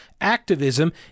activism